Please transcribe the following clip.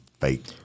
fake